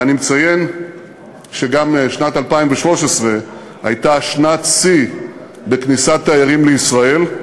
ואני מציין שגם שנת 2013 הייתה שנת שיא בכניסת תיירים לישראל,